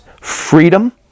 freedom